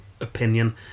opinion